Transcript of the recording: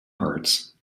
parts